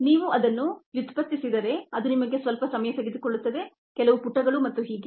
ನೀವು ಅದನ್ನು ವ್ಯುತ್ಪತ್ತಿಸಿದರೆ ಅದು ನಿಮಗೆ ಸ್ವಲ್ಪ ಸಮಯ ತೆಗೆದುಕೊಳ್ಳುತ್ತದೆ ಕೆಲವು ಪುಟಗಳು ಮತ್ತು ಹೀಗೆ